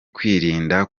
kwirinda